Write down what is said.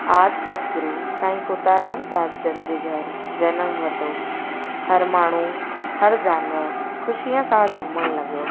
आदि सतगुरु साईं कोताराम साहिब जन जी जे घर जनम वरितो हर माण्हू हर जानवर ख़ुशीअ सां झूमणु लॻियो